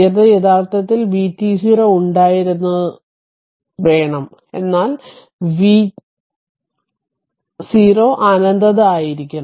അത് യഥാർത്ഥത്തിൽ vt0 ഉണ്ടായിരുന്നതു വേണം എന്നാൽ v അനന്തത 0 ആയിരിക്കണം